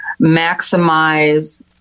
maximize